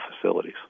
facilities